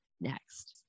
next